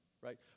right